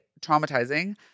traumatizing